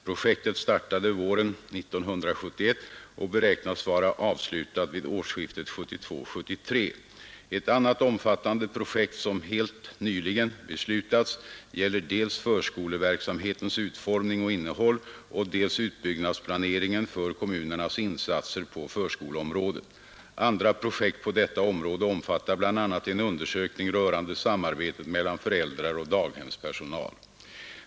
Projektet startade våren 1971 och beräknas vara avslutat vid årsskiftet 1972—1973. Ett annat omfattande projekt, som helt nyligen beslutats, gäller dels förskoleverksamhetens utformning och innehåll, dels utbyggnadsplaneringen för kommunernas insatser på förskoleområdet. Andra projekt på detta område omfattar bl.a. en undersökning rörande samarbetet mellan föräldrar och daghemspersonal.